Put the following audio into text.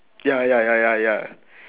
ya ya ya ya ya